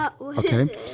okay